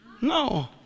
No